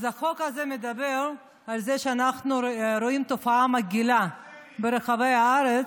אז החוק הזה מדבר על זה שאנחנו רואים תופעה מגעילה ברחבי הארץ,